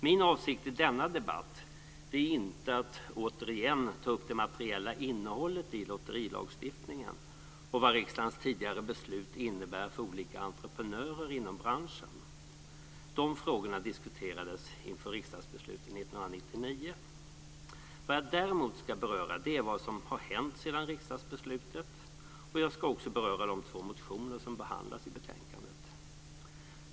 Min avsikt i denna debatt är inte att återigen ta upp det materiella innehållet i lotterilagstiftningen och vad riksdagens tidigare beslut innebär för olika entreprenörer inom branschen. De frågorna diskuterades inför riksdagsbeslutet 1999. Vad jag däremot ska beröra är vad som har hänt sedan riksdagsbeslutet, och jag ska också beröra de två motioner som behandlas i betänkandet.